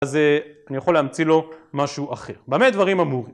אז אני יכול להמציא לו משהו אחר. באמת דברים אמורים.